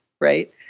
right